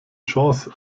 chance